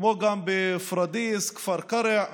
כמו גם פוריידיס, כפר קרע,